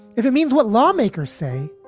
if it means what lawmakers say,